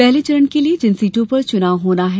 पहले चरण के लिये जिन सीटों पर चुनाव होना है